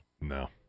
No